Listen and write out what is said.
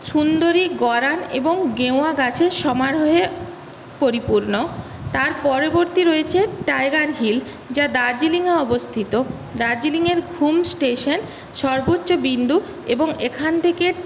সুন্দরী গরান এবং গেওয়া গাছের সমারোহে পরিপূর্ণ তার পরবর্তী রয়েছে টাইগার হিল যা দার্জিলিঙে অবস্থিত দার্জিলিঙের ঘুম স্টেশন সর্বোচ্চ বিন্দু এবং এখান থেকে